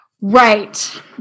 Right